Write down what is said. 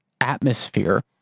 atmosphere